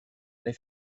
they